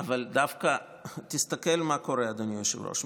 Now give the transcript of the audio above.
אבל דווקא, תסתכל מה קורה, אדוני היושב-ראש.